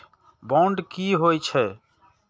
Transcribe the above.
Bond की होई छै?